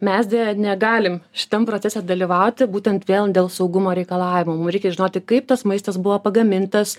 mes deja negalim šitam procese dalyvauti būtent vien dėl saugumo reikalavimų mum reikia žinoti kaip tas maistas buvo pagamintas